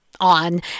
On